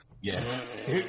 Yes